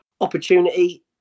Opportunity